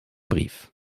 brief